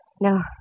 no